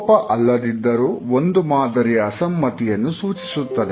ಕೋಪ ಅಲ್ಲದಿದ್ದರೂ ಒಂದು ಮಾದರಿಯ ಅಸಮ್ಮತಿಯನ್ನು ಸೂಚಿಸುತ್ತದೆ